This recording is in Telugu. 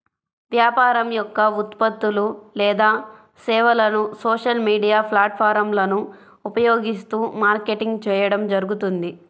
వ్యాపారం యొక్క ఉత్పత్తులు లేదా సేవలను సోషల్ మీడియా ప్లాట్ఫారమ్లను ఉపయోగిస్తూ మార్కెటింగ్ చేయడం జరుగుతుంది